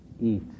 eat